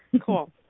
Cool